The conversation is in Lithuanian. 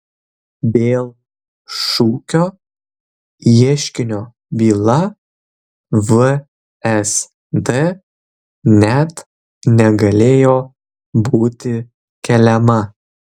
dėl šukio ieškinio byla vsd net negalėjo būti keliama